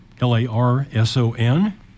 L-A-R-S-O-N